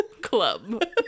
Club